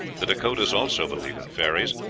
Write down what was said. the dakotas also believe in fairies.